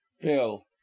phil